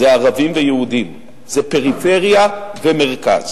זה ערבים ויהודים, זה פריפריה ומרכז,